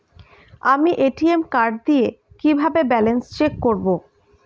আমি ATM card দিয়ে কিভাবে ব্যালেন্স চেক করব?